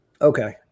Okay